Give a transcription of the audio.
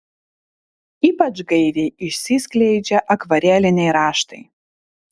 ypač gaiviai išsiskleidžia akvareliniai raštai